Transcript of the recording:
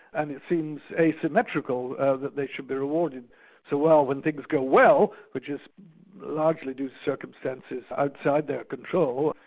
and it seems asymmetrical that they should be rewarded so well when things go well, which is largely due to circumstances outside their control,